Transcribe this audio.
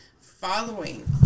following